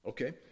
Okay